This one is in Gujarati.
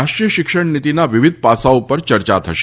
રાષ્ટ્રીય શિક્ષણ નીતિના વિવિધ પાસાંઓ પર ચર્ચા થશે